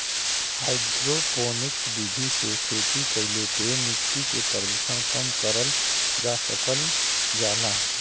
hydroponics विधि से खेती कईले पे मट्टी के प्रदूषण कम करल जा सकल जाला